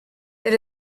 that